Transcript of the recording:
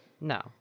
No